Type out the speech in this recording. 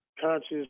conscious